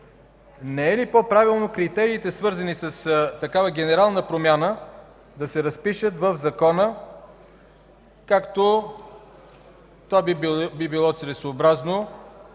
не е ли по-правилно критериите, свързани с такава генерална промяна, да се разпишат в Закона, както това би било целесъобразно,